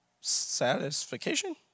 Satisfaction